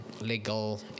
legal